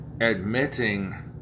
admitting